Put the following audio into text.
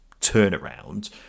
turnaround